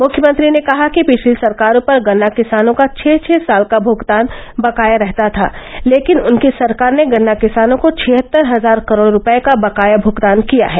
मुख्यमंत्री ने कहा कि पिछली सरकारों पर गन्ना किसानों का छह छह साल का भूगतान बकाया रहता था लेकिन उनकी सरकार ने गन्ना किसानों को छिहत्तर हजार करोड रूपये का बकाया भुगतान किया है